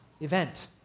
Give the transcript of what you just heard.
event